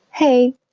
Hey